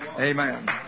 Amen